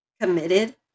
committed